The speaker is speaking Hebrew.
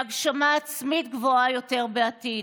להגשמה עצמית גבוהה יותר בעתיד,